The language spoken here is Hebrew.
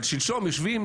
אבל שלשום יושבים,